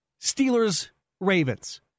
Steelers-Ravens